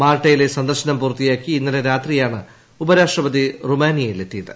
മാൾട്ടയിലെ സന്ദർശനം പൂർത്തിയാക്കി ഇന്നലെ രാത്രിയാണ് ഉപരാഷ്ട്രപതി റുമാനിയയിൽ എത്തിയത്